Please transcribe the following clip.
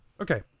Okay